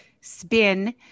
spin